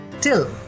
till